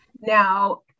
Now